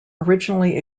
originally